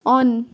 on